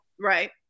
Right